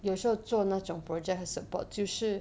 有时候做那种 project 的 support 就是